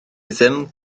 ddim